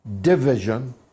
division